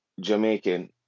Jamaican